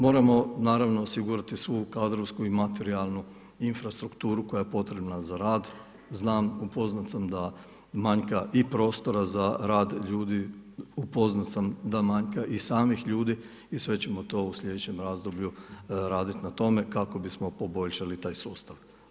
Moramo osigurati svu kadrovsku i materijalnu infrastrukturu koja je potrebna za rad, znam, upoznat sam da manjka i potreba za rad ljudi, upoznat sam da manjka i samih ljudi i sve ćemo to u sljedećem razdoblju radit na tome kako bismo poboljšali taj sustav.